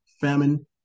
famine